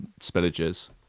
spillages